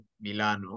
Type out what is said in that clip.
Milano